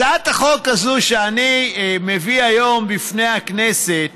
הצעת החוק הזאת שאני מביא היום בפני הכנסת